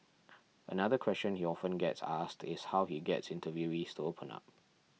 another question he often gets asked is how he gets interviewees to open up